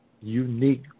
unique